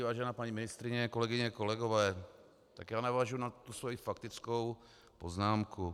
Vážená paní ministryně, kolegyně, kolegové, navážu na tu svoji faktickou poznámku.